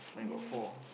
blue